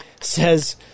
says